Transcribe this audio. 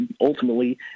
ultimately